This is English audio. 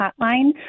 hotline